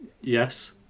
yes